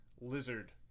lizard